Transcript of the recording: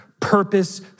purpose